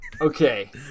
okay